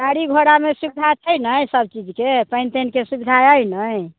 गाड़ी घोड़ामे सुविधा छै ने सब चीजके पानि तानिके सुविधा अइ ने